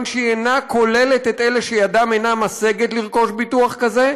שהיא איננה כוללת את אלה שידם אינה משגת לרכוש ביטוח כזה,